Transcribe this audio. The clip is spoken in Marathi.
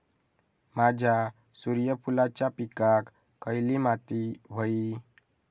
माझ्या सूर्यफुलाच्या पिकाक खयली माती व्हयी?